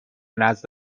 نزد